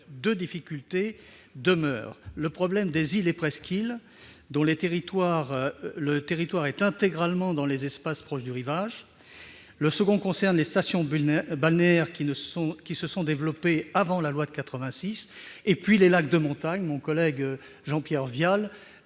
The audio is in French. deux problèmes demeurent : tout d'abord, celui des îles et presqu'îles, dont le territoire est intégralement compris dans les espaces proches du rivage ; le second concerne les stations balnéaires qui se sont développées avant la loi de 1986, et les lacs de montagne, que mon collègue Jean-Pierre Vial